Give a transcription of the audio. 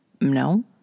No